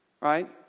right